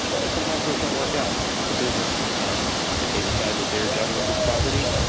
but sometimes those don't work out. it's a business. and if they decide that they're done with this property,